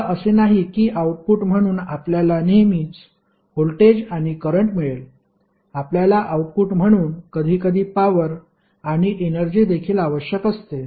आता असे नाही की आउटपुट म्हणून आपल्याला नेहमीच व्होल्टेज आणि करंट मिळेल आपल्याला आउटपुट म्हणून कधीकधी पॉवर आणि एनर्जी देखील आवश्यक असते